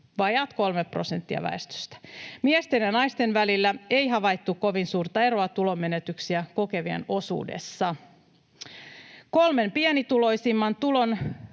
vajaat kolme prosenttia väestöstä. ”Miesten ja naisten välillä ei havaittu kovin suurta eroa tulonmenetyksiä kokevien osuudessa. Kolmen pienituloisimman